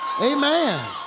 amen